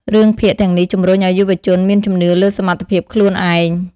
រឿងភាគ ទាំងនេះជំរុញឱ្យយុវជនមានជំនឿលើសមត្ថភាពខ្លួនឯង។